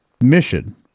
mission